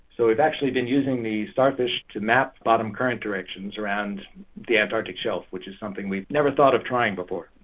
so we've actually been using the starfish to map bottom current directions around the antarctic shelf, which is something we've never thought of trying before.